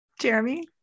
Jeremy